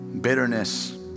bitterness